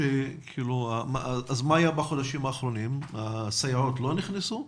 האם בחודשים האחרונים הסייעות לא נכנסו?